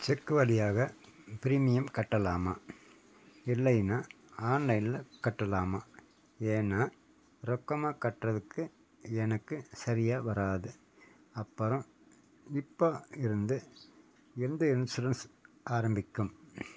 check வழியாக premium கட்டலாமா இல்லைன்னா ஆன்லைன்ல கட்டலாமா ஏன்னா ரொக்கமா கட்டுறதுக்கு எனக்கு சரியாக வராது அப்புறம் இப்போ இருந்து எந்த இன்சூரன்ஸ் ஆரம்பிக்கும்